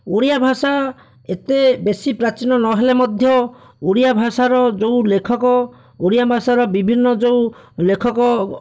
ଓଡ଼ିଆ ଭାଷା ଏତେ ବେଶି ପ୍ରାଚୀନ ନହେଲେ ମଧ୍ୟ ଓଡ଼ିଆ ଭାଷାର ଯେଉଁ ଲେଖକ ଓଡ଼ିଆ ଭାଷାର ବିଭିନ୍ନ ଯେଉଁ ଲେଖକ